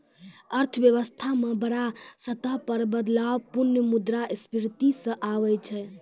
अर्थव्यवस्था म बड़ा स्तर पर बदलाव पुनः मुद्रा स्फीती स आबै छै